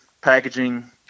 packaging